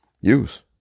use